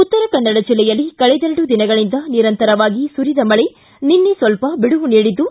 ಉತ್ತರಕನ್ನಡ ಜಿಲ್ಲೆಯಲ್ಲಿ ಕಳೆದೆರಡು ದಿನಗಳಿಂದ ನಿರಂತರವಾಗಿ ಸುರಿದ ಮಳೆ ನಿನ್ನೆ ಸ್ವಲ್ಪ ಬಿಡುವು ನೀಡಿದ್ದು